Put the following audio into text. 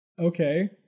Okay